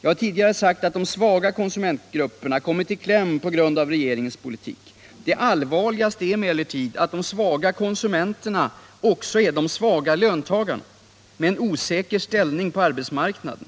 Jag har tidigare sagt att de svaga konsumentgrupperna kommit i kläm på grund av regeringens politik. Det allvarliga är emellertid att de svaga konsumenterna också är de svaga löntagarna, med en osäker ställning på arbetsmarknaden.